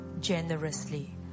generously